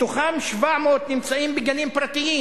מתוכם 700 נמצאים בגנים פרטיים